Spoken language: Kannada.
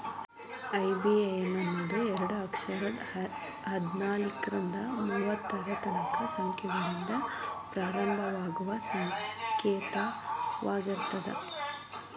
ಐ.ಬಿ.ಎ.ಎನ್ ಅನ್ನೋದು ಎರಡ ಅಕ್ಷರದ್ ಹದ್ನಾಲ್ಕ್ರಿಂದಾ ಮೂವತ್ತರ ತನಕಾ ಸಂಖ್ಯೆಗಳಿಂದ ಪ್ರಾರಂಭವಾಗುವ ಸಂಕೇತವಾಗಿರ್ತದ